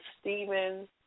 Stephen